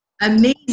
amazing